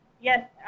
yes